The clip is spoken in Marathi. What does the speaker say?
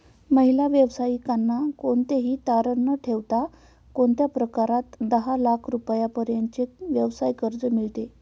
महिला व्यावसायिकांना कोणतेही तारण न ठेवता कोणत्या प्रकारात दहा लाख रुपयांपर्यंतचे व्यवसाय कर्ज मिळतो?